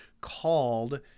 called